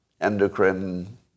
endocrine